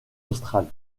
australe